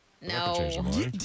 No